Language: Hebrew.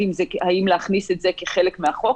עם השאלה אם להכניס את זה כחלק מהחוק.